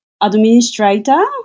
administrator